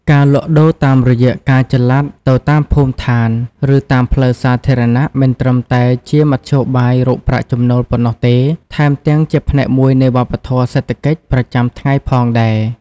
ការលក់ដូរតាមរយៈការចល័តទៅតាមភូមិឋាន ឬតាមផ្លូវសាធារណៈ មិនត្រឹមតែជាមធ្យោបាយរកប្រាក់ចំណូលប៉ុណ្ណោះទេ ថែមទាំងជាផ្នែកមួយនៃវប្បធម៌សេដ្ឋកិច្ចប្រចាំថ្ងៃផងដែរ។